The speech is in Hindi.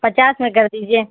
पचास में कर दीजिए